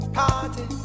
party